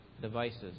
devices